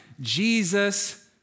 Jesus